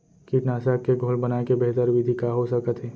कीटनाशक के घोल बनाए के बेहतर विधि का हो सकत हे?